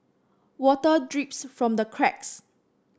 water drips from the cracks